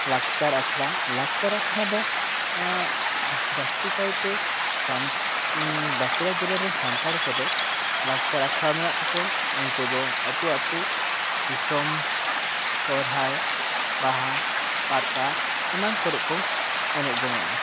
ᱞᱟᱠᱪᱟᱨ ᱟᱠᱷᱲᱟ ᱞᱟᱠᱪᱟᱨ ᱟᱠᱷᱲᱟ ᱫᱚ ᱡᱟᱹᱥᱛᱤ ᱠᱟᱭ ᱛᱮ ᱥᱟᱱ ᱵᱟᱸᱠᱩᱲᱟ ᱡᱤᱞᱟ ᱨᱮᱱ ᱥᱟᱱᱛᱟᱲ ᱠᱚᱫᱚ ᱞᱟᱠᱪᱟᱨ ᱟᱠᱷᱲᱟ ᱢᱮᱱᱟᱜ ᱛᱟᱠᱚᱣᱟ ᱩᱱᱠᱩ ᱫᱚ ᱟᱛᱳ ᱟᱛᱳ ᱫᱤᱥᱚᱢ ᱥᱚᱨᱦᱟᱭ ᱵᱟᱦᱟ ᱯᱟᱛᱟ ᱮᱢᱟᱱ ᱠᱚᱨᱮᱜ ᱠᱚ ᱮᱱᱮᱡ ᱡᱚᱝᱜᱚᱜᱼᱟ